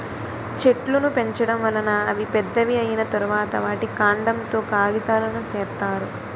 చెట్లును పెంచడం వలన అవి పెద్దవి అయ్యిన తరువాత, వాటి కాండం తో కాగితాలును సేత్తారు